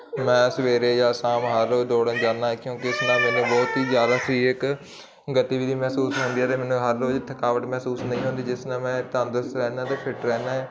ਮੈਂ ਸਵੇਰੇ ਜਾਂ ਸ਼ਾਮ ਹਰ ਰੋਜ਼ ਦੋੜਨ ਜਾਂਦਾ ਕਿਉਂਕਿ ਇਸ ਨਾਲ ਮੈਨੂੰ ਬਹੁਤ ਹੀ ਜ਼ਿਆਦਾ ਸੀ ਇੱਕ ਗਤੀਵਿਧੀ ਮਹਿਸੂਸ ਹੁੰਦੀ ਹੈ ਅਤੇ ਮੈਨੂੰ ਹਰ ਰੋਜ਼ ਥਕਾਵਟ ਮਹਿਸੂਸ ਨਹੀਂ ਹੁੰਦੀ ਜਿਸ ਨਾਲ ਮੈਂ ਤੰਦਰੁਸਤ ਰਹਿੰਦਾ ਅਤੇ ਫਿੱਟ ਰਹਿੰਦਾ